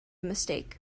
mistake